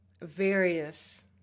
various